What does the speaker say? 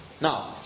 Now